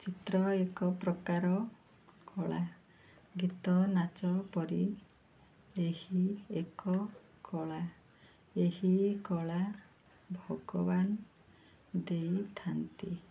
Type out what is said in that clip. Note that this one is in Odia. ଚିତ୍ର ଏକ ପ୍ରକାର କଳା ଗୀତ ନାଚ ପରି ଏହି ଏକ କଳା ଏହି କଳା ଭଗବାନ ଦେଇଥାନ୍ତି